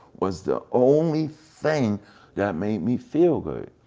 was the only thing that made me feel good.